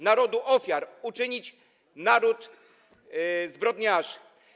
narodu ofiar uczynić naród zbrodniarzy.